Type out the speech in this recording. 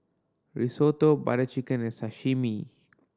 Risotto Butter Chicken and Sashimi